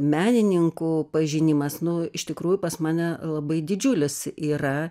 menininkų pažinimas nu iš tikrųjų pas mane labai didžiulis yra